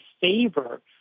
favor